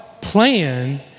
plan